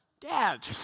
Dad